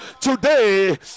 today